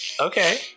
Okay